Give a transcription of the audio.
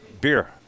beer